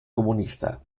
comunista